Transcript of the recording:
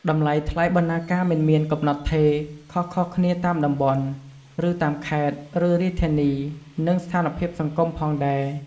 តម្លៃថ្លៃបណ្ណាការមិនមានកំណត់ថេរ ខុសៗគ្នាតាមតំបន់ ឬតាមខេត្ត ឬរាជធានី និងស្ថានភាពសង្គមផងដែរ។